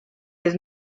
his